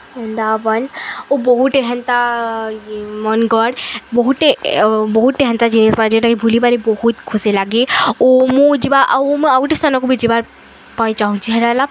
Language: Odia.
ବୃନ୍ଦାବନ୍ ଓ ବହୁତ୍ଟେ ହେନ୍ତା ମନଗର ବହୁତ୍ଟେ ବହୁତଟେ ହେନ୍ତା ଜିନିଷ୍ ମାନେ ଯେନ୍ଟାକି ବୁଲିବାରେ ବହୁତ୍ ଖୁସି ଲାଗେ ଓ ମୁଁ ଯିବା ଆଉ ମୁଁ ଆଉ ଗୁଟେ ସ୍ଥାନକୁ ବି ଯିବା ପାଇଁ ଚାହୁଁଛି ହେଟା ହେଲା